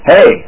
Hey